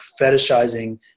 fetishizing